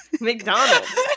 mcdonald's